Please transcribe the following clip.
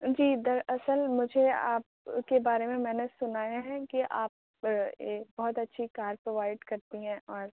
جی دراصل مجھے آپ کے بارے میں میں نے سُنا ہے کہ آپ بہت اچھی کار پرووائڈ کرتی ہیں اور